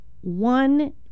one